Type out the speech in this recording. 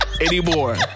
anymore